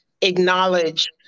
acknowledge